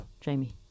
Jamie